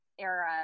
era